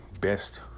best